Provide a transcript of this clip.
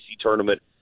tournament